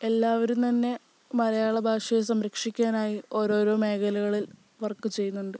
എല്ലാവരും തന്നെ മലയാള ഭാഷയെ സംരക്ഷിക്കാനായി ഓരോരോ മേഖലകളിൽ വർക്ക് ചെയ്യുന്നുണ്ട്